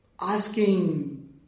asking